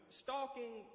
stalking